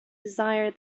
desire